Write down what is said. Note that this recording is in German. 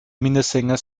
minnesänger